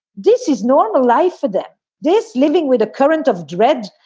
this is normal life for them this living with a current of dread,